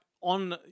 on